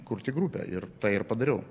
kurti grupę ir tai ir padariau